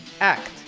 act